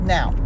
Now